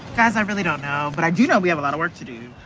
guys, i really don't know. but i do know we have a lot of work to do.